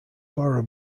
bora